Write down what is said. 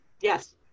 Yes